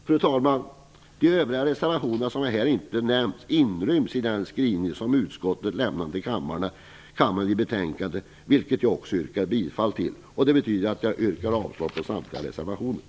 Fru talman! De övriga reservationerna som jag inte nämnt här inryms i den skrivning som utskottet lämnat till kammaren i betänkandet. Jag yrkar också bifall till hemställan i betänkandet. Det betyder att jag yrkar avslag på samtliga reservationer.